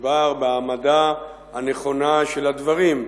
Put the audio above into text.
מדובר בהעמדה הנכונה של הדברים,